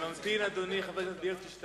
אדוני היושב-ראש, חברי